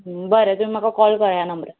बरें तुमी म्हाका कॉल करा ह्या नंबरार